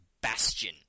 Bastion